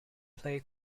play